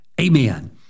amen